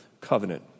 covenant